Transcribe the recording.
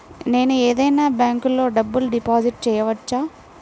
నేను ఏదైనా బ్యాంక్లో డబ్బు డిపాజిట్ చేయవచ్చా?